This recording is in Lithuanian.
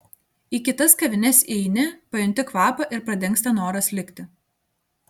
į kitas kavines įeini pajunti kvapą ir pradingsta noras likti